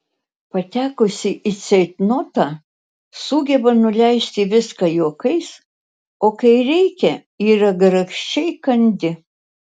patekusi į ceitnotą sugeba nuleisti viską juokais o kai reikia yra grakščiai kandi